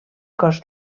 cos